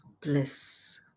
bliss